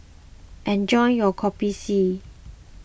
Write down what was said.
enjoy your Kopi C